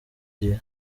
gihe